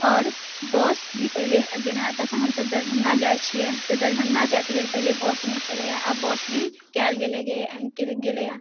आओर बस भी पहिले जेना अतऽसँ हमसभ पहिले दरभंगा जाइ छियै तऽ दरभंगा जाइके लेल पहिले बस नहि छलैये आब बस भी कयल गेले गेलैय